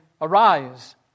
Arise